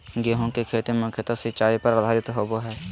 गेहूँ के खेती मुख्यत सिंचाई पर आधारित होबा हइ